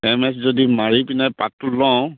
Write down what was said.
M S যদি মাৰি পিনেই পাতটো লওঁ